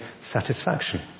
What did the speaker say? satisfaction